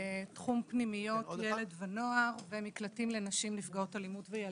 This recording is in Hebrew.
תחום פנימיות ילד ונוער ומקלטים לנשים נפגעות אלימות וילדיהן.